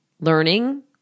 learning